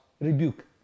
rebuke